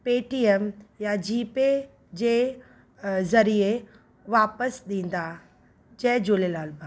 Paytm या G Pay जे ज़रिए वापसि ॾींदा जय झूलेलाल भा